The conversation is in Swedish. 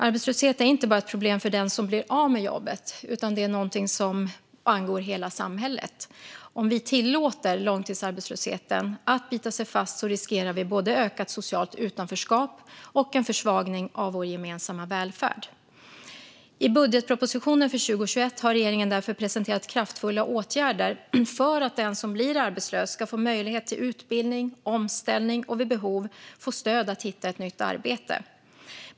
Arbetslöshet är inte bara ett problem för den som blir av med jobbet, utan det är någonting som angår hela samhället. Om vi tillåter långtidsarbetslösheten att bita sig fast riskerar vi både ökat socialt utanförskap och en försvagning av vår gemensamma välfärd. I budgetpropositionen för 2021 har regeringen därför presenterat kraftfulla åtgärder för att den som blir arbetslös ska få möjlighet till utbildning och omställning och vid behov få stöd att hitta ett nytt arbete.